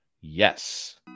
Yes